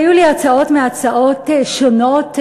היו לי הצעות מהצעות שונות,